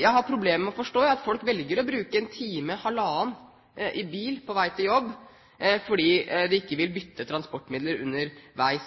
Jeg har problemer med å forstå at folk velger å bruke en time eller halvannen i bil på vei til jobb fordi de ikke vil bytte transportmiddel underveis.